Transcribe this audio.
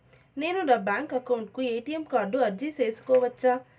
నేను నా bank account కు ఎ.టి.ఎం కార్డు అర్జీ సేసుకోవచ్చా?